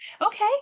Okay